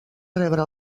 rebre